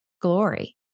glory